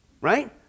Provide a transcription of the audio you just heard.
right